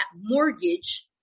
mortgage